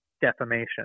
defamation